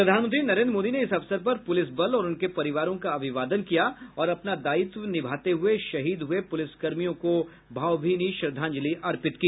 प्रधानमंत्री नरेन्द्र मोदी ने इस अवसर पर पुलिस बल और उनके परिवारों का अभिवादन किया और अपना दायित्व निभाते हुए शहीद पुलिसकर्मियों को भावभीनी श्रद्धांजलि अर्पित की